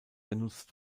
genutzt